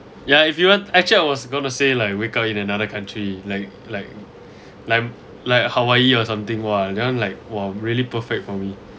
ya if you weren't actually I was going to say like wake up in another country like like like like hawaii or something !wah! that one like !wow! really perfect for me